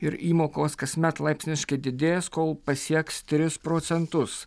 ir įmokos kasmet laipsniškai didės kol pasieks tris procentus